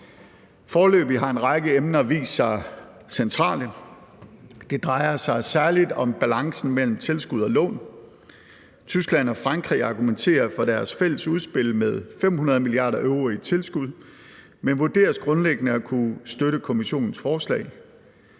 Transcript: Foreløbig har en række emner vist sig centrale. Det drejer sig særlig om balancen mellem tilskud og lån. Tyskland og Frankrig argumenterer for deres fælles udspil med 500 mia. euro i tilskud, men vurderes grundlæggende at kunne støtte Kommissionens forslag.